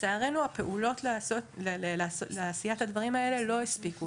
לצערנו הפעולות לעשיית הדברים האלה לא הספיקו.